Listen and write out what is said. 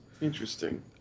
Interesting